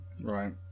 right